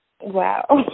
Wow